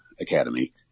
Academy